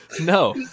no